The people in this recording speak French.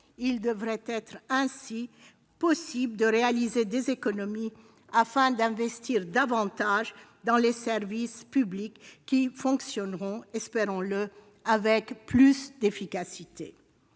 il devrait être possible de réaliser des économies, afin d'investir davantage dans les services publics qui fonctionneront, espérons-le, avec plus d'efficacité.